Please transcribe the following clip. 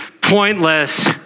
pointless